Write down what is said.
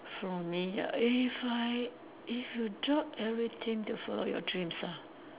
for me if I if you drop everything to follow your dreams ah